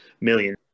million